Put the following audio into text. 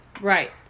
Right